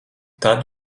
tad